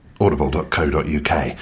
audible.co.uk